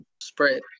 spread